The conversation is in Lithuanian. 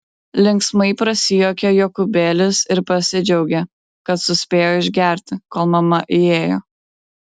linksmai prasijuokė jokūbėlis ir pasidžiaugė kad suspėjo išgerti kol mama įėjo